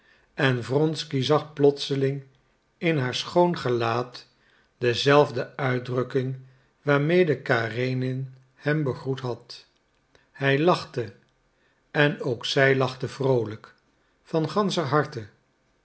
en wronsky zag plotseling in haar schoon gelaat dezelfde uitdrukking waarmede karenin hem gegroet had hij lachte en ook zij lachte vroolijk van ganscher harte